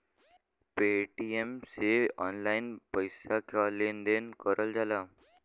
Paytm से online पइसा क लेन देन करल जाला